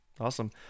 Awesome